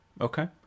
Okay